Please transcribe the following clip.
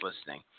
listening